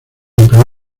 empleó